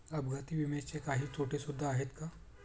अपघाती विम्याचे काही तोटे सुद्धा आहेत का?